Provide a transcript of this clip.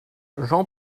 jean